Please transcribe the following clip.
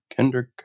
Kendrick